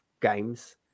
games